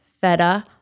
feta